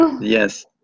Yes